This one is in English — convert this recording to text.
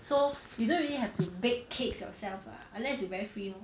so you don't really have to bake cakes yourself lah unless you very free lor